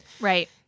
Right